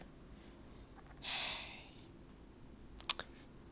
tragic all my friends their dog all sterilise [one]